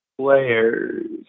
players